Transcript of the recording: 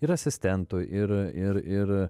ir asistentu ir ir ir